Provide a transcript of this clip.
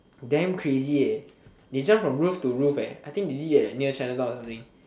damn crazy eh they jump from roof to roof eh I think they did it at like near Chinatown or something